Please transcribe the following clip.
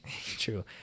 True